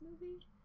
movie